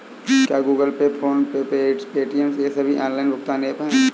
क्या Google Pay PhonePe Paytm ये सभी ऑनलाइन भुगतान ऐप हैं?